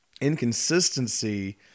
inconsistency